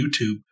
YouTube